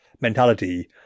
mentality